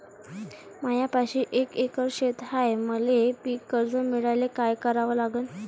मायापाशी एक एकर शेत हाये, मले पीककर्ज मिळायले काय करावं लागन?